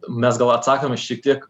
mes gal atsakome šiek tiek